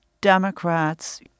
Democrats